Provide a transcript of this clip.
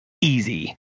easy